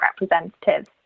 representatives